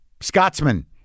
Scotsman